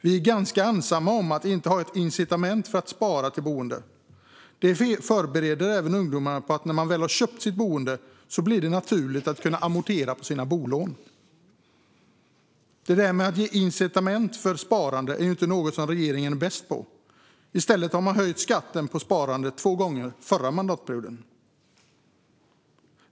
Vi är ganska ensamma om att inte ha ett incitament för att spara till sitt boende. Ett sparande förbereder även ungdomarna på att när man väl har köpt sitt boende blir det naturligt att amortera på bolånet. Att skapa incitament för sparande är inte något som regeringen är bäst på. I stället höjde man skatten på sparande två gånger under förra mandatperioden.